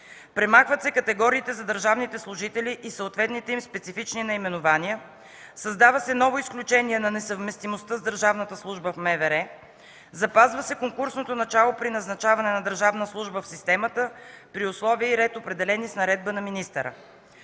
Премахват се категориите за държавните служители и съответните им специфични наименования, създава се ново изключение на несъвместимостта с държавната служба в МВР, запазва се конкурсното начало при назначаване на държавна служба в системата при условия и ред, определени с наредба на министъра.